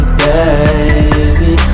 baby